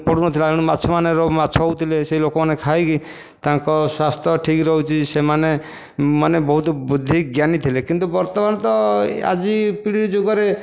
ପଡୁନଥିଲା ଏଣୁ ମାଛ ମାନେ ମାଛ ହେଉଥିଲେ ସେ ଲୋକମାନେ ଖାଇକି ତାଙ୍କ ସ୍ୱାସ୍ଥ୍ୟ ଠିକ ରହୁଛି ସେମାନେ ମାନେ ବହୁତ ବୁଦ୍ଧି ଜ୍ଞାନୀ ଥିଲେ କିନ୍ତୁ ବର୍ତ୍ତମାନ ତ ଆଜି ପିଢ଼ି ଯୁଗରେ